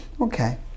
Okay